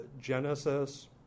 Genesis